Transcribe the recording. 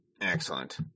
Excellent